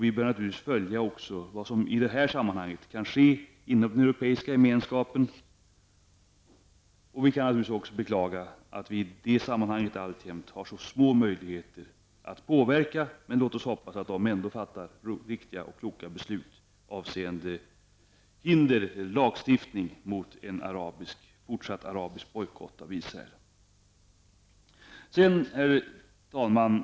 Vi bör också följa vad som sker inom den europeiska gemenskapen. Jag beklagar att vi i dag jämt har små möjligheter att påverka. Men låt oss hoppas att man inom ES fattar riktiga och kloka beslut avseende lagstiftning mot en fortsatt arabisk bojkott av Israel. Herr talman!